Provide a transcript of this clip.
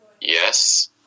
yes